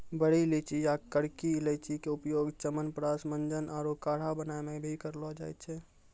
बड़ी इलायची या करकी इलायची के उपयोग च्यवनप्राश, मंजन आरो काढ़ा बनाय मॅ भी करलो जाय छै